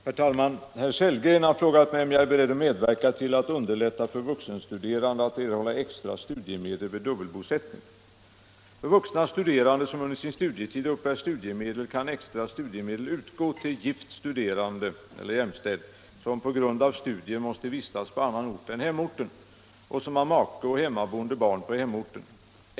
Herr talman! Herr Sellgren har frågat mig om jag är beredd att medverka till att underlätta för vuxenstuderande att erhålla extra studiemedel vid dubbelbosättning. För vuxna studerande som under sin studietid uppbär studiemedel kan extra studiemedel utgå till gift studerande som på grund av studier måste vistas på annan ort än hemorten och som har make och hemmaboende barn på hemorten.